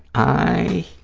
i,